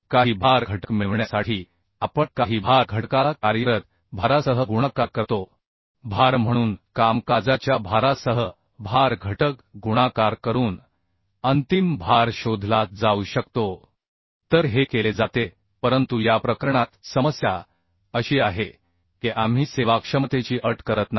काही भार घटक मिळविण्यासाठी आपण काही भार घटकाला कार्यरत भारासह गुणाकार करतो भार म्हणून कामकाजाच्या भारासह भार घटक गुणाकार करून अंतिम भार शोधला जाऊ शकतो तर हे केले जाते परंतु या प्रकरणात समस्या अशी आहे की आम्ही सेवाक्षमतेची अट करत नाही